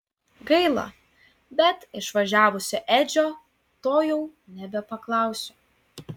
gaila bet išvažiavusio edžio to jau nebepaklausiu